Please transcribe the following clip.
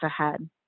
ahead